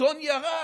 הטון ירד.